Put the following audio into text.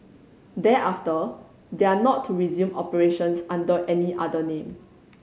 thereafter they are not to resume operations under any other name